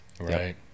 Right